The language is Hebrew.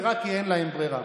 זה רק כי אין להם ברירה.